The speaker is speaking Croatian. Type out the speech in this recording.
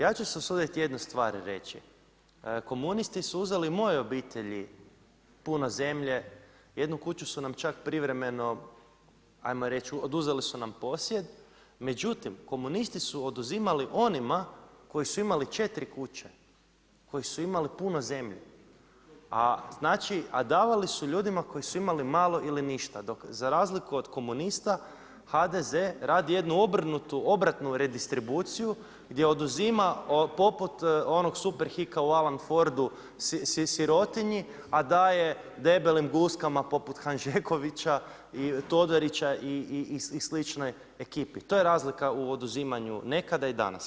Ja ću se usuditi jednu stvar reći, komunisti su uzeli mojoj obitelji puno zemlje, jednu kuću su nam čak privremeno ajmo reći, oduzeli su nam posjed, međutim, komunisti su oduzimali onima koji su imali 4 kuće, koji su imali puno zemlje, a znači, a davali su ljudi koji su imali malo ili ništa, dok za razliku od komunista, HDZ radi jednu obrnutu, obratnu redistribuciju gdje oduzima poput onog Superhika u Alan Fordu sirotinji, a daje debelim guskama poput Hanžekovića i Todorića i sličnoj ekipi, to je razlika u oduzimanju nekada i danas.